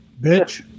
bitch